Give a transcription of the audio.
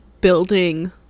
building